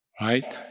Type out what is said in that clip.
right